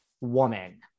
woman